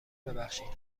ببخشید